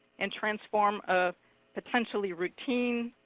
and transform a potentially routine,